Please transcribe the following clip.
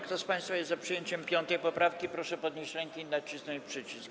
Kto z państwa jest za przyjęciem 5. poprawki, proszę podnieść rękę i nacisnąć przycisk.